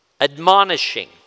admonishing